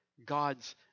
God's